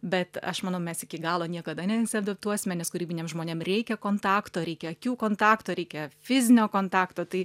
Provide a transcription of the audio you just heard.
bet aš manau mes iki galo niekada nesiadaptuosime nes kūrybiniam žmonėm reikia kontakto reikia akių kontakto reikia fizinio kontakto tai